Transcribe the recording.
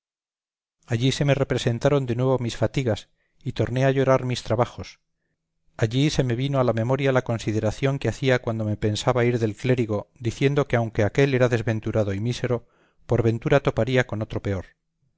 allí se me representaron de nuevo mis fatigas y torné a llorar mis trabajos allí se me vino a la memoria la consideración que hacía cuando me pensaba ir del clérigo diciendo que aunque aquél era desventurado y mísero por ventura toparía con otro peor